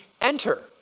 enter